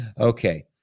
okay